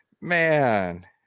Man